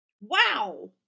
Wow